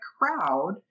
crowd